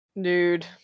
Dude